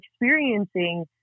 experiencing